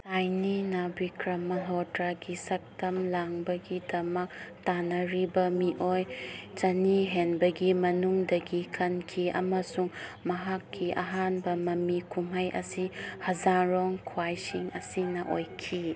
ꯑꯥꯏꯅꯤꯅꯥ ꯕꯤꯀ꯭ꯔꯝ ꯃꯜꯍꯣꯇ꯭ꯔꯥꯒꯤ ꯁꯛꯇꯝ ꯂꯥꯡꯕꯒꯤꯗꯃꯛ ꯇꯥꯅꯔꯤꯕ ꯃꯤꯑꯣꯏ ꯆꯅꯤ ꯍꯦꯟꯕꯒꯤ ꯃꯅꯨꯡꯗꯒꯤ ꯈꯟꯈꯤ ꯑꯃꯁꯨꯡ ꯃꯍꯥꯛꯀꯤ ꯑꯍꯥꯟꯕ ꯃꯃꯤ ꯀꯨꯝꯍꯩ ꯑꯁꯤ ꯍꯖꯥꯔꯣꯡ ꯈ꯭ꯋꯥꯏꯁꯤꯟ ꯑꯁꯤꯅ ꯑꯣꯏꯈꯤ